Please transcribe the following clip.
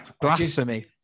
blasphemy